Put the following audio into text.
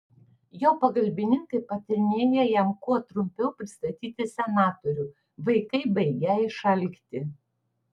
jo pagalbininkai patarinėjo jam kuo trumpiau pristatyti senatorių vaikai baigią išalkti